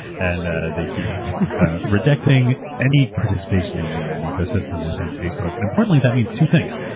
and a they keep rejecting any participation in the ad ecosystem within facebook. and importantly, that means two things.